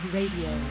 Radio